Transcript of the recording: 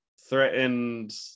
Threatened